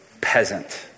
peasant